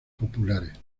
populares